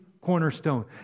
cornerstone